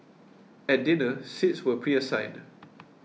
at dinner seats were preassigned